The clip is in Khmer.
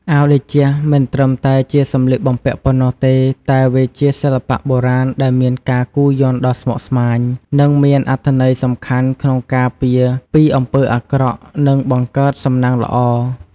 អាវតេជៈមិនត្រឹមតែជាសម្លៀកបំពាក់ប៉ុណ្ណោះទេ តែវាជាសិល្បៈបុរាណដែលមានការគូរយ័ន្តដ៏ស្មុគស្មាញ និងមានអត្ថន័យសំខាន់ក្នុងការពារពីអំពើអាក្រក់ និងបង្កើតសំណាងល្អ។